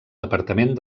departament